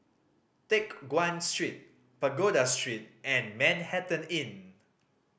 Teck Guan Street Pagoda Street and Manhattan Inn